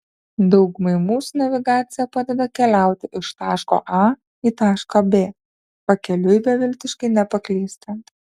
daugumai mūsų navigacija padeda keliauti iš taško a į tašką b pakeliui beviltiškai nepaklystant